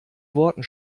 worten